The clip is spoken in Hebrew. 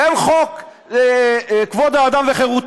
אין חוק כבוד האדם וחירותו,